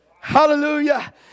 Hallelujah